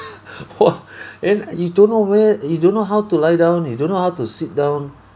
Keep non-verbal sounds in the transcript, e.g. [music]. [laughs] !wah! then you don't know where you don't know how to lie down you don't know how to sit down